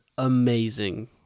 amazing